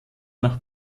nach